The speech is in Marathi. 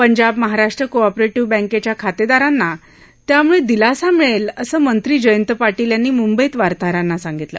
पंजाब महाराष्ट्र को ऑपरेटिव्ह बँकेच्या खातेदारांना त्यामुळे दिलासा मिळेल असं मंत्री जयंत पाटील यांनी मुंबईत वार्ताहरांना सांगितलं